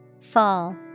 Fall